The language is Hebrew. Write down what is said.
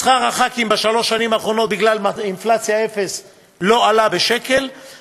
שכר השרים בשלוש השנים האחרונות בגלל אינפלציה אפס לא עלה בשקל,